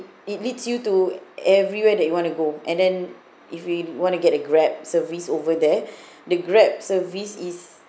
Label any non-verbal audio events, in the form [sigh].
it leads you to everywhere that you want to go and then if we want to get a grab service over there [breath] the grab service is